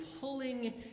pulling